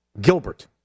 Gilbert